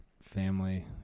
family